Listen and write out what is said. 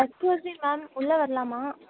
excuse me ma'am உள்ளே வரலாமா